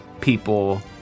people